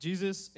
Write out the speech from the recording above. Jesus